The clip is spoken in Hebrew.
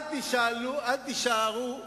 יש אמרה שאומרת: הבית נשרף והסבתא מסתרקת.